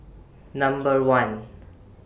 Number one